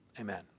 Amen